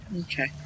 Okay